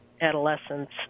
adolescents